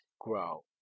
grow